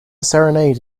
serenade